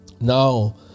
Now